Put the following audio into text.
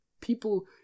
people